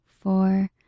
four